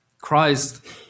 Christ